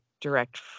direct